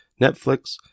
Netflix